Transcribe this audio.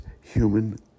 human